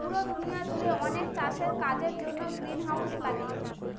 পুরো দুনিয়া জুড়ে অনেক চাষের কাজের জন্য গ্রিনহাউস লাগে